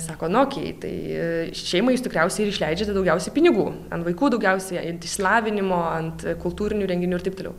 sako na okei tai šeimai jūs tikriausiai ir išleidžiate daugiausiai pinigų an vaikų daugiausiai ent išsilavinimo ant kultūrinių renginių ir taip toliau